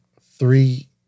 Three